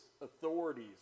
authorities